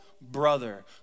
brother